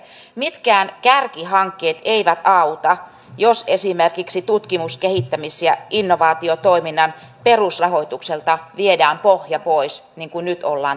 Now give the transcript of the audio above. mitkään kärkihankkeet eivät auta jos esimerkiksi tutkimus kehittämis ja innovaatiotoiminnan perusrahoitukselta viedään pohja pois niin kuin nyt ollaan tekemässä